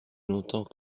longtemps